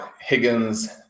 Higgins